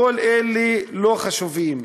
כל אלה לא חשובים.